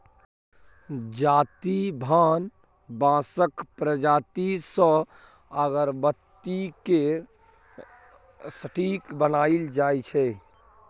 जाति भान बाँसक प्रजाति सँ अगरबत्ती केर स्टिक बनाएल जाइ छै